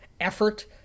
effort